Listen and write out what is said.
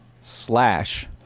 slash